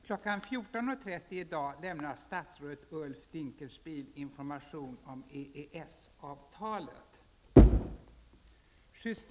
Kl. 14.30 i dag lämnar statsrådet Ulf Dinkelspiel information om EES-avtalet.